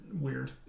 weird